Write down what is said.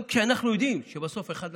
גם כשבסוף אנחנו יודעים שבסוף אחד לתלמוד.